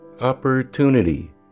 opportunity